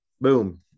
boom